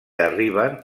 arriben